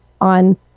on